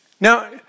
Now